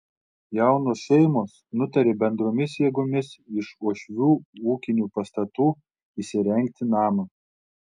jaunos šeimos nutarė bendromis jėgomis iš uošvių ūkinių pastatų įsirengti namą